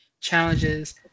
challenges